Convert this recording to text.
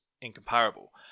incomparable